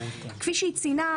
כפי שהיא ציינה,